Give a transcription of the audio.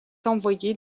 envoyée